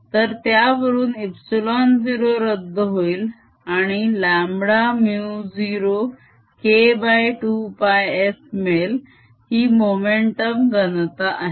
तर त्यावरून ε0 रद्द होईल आणि λμ0K2πS मिळेल ही मोमेंटम घनता आहे